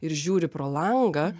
ir žiūri pro langą